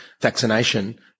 vaccination